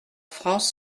france